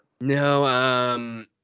No